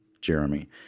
Jeremy